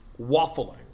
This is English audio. waffling